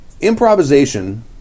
improvisation